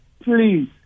please